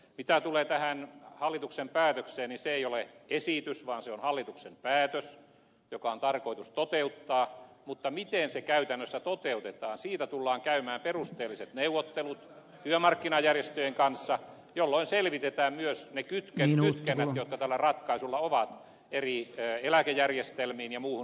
mitä tulee tähän hallituksen päätökseen niin se ei ole esitys vaan se on hallituksen päätös joka on tarkoitus toteuttaa mutta miten se käytännössä toteutetaan siitä tullaan käymään perusteelliset neuvottelut työmarkkinajärjestöjen kanssa jolloin selvitetään myös ne kytkennät jotka tällä ratkaisulla on eri eläkejärjestelmiin ja muuhun sosiaaliturvaan